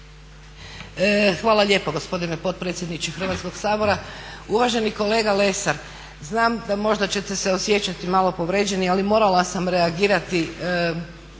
Hvala lijepo gospodine potpredsjedniče Hrvatskog sabora. Uvaženi kolega Lesar, znam da ćete se možda osjećati malo povrijeđeni ali morala sam reagirati,